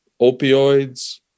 Opioids